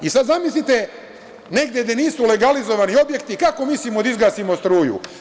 I sad zamislite negde gde nisu legalizovani objekti, kako mislimo da izgasimo struju?